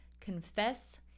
Confess